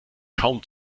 kaum